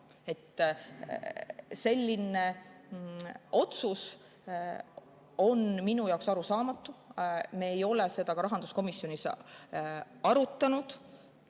Selline otsus on minu jaoks arusaamatu. Me ei ole seda ka rahanduskomisjonis arutanud.